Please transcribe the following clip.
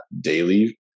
daily